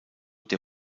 der